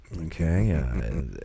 Okay